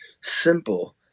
simple